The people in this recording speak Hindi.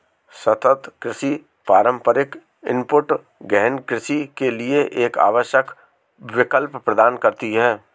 सतत कृषि पारंपरिक इनपुट गहन कृषि के लिए एक आवश्यक विकल्प प्रदान करती है